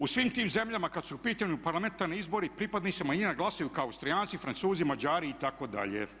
U svim tim zemljama kad su u pitanju parlamentarni izbori pripadnici manjina glasuju kao Austrijanci, Francuzi, Mađari itd.